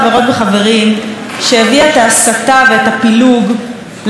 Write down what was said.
שהביאה את ההסתה ואת הפילוג לרמות שלא נודעו כמותן,